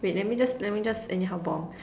wait let me just let me just anyhow bomb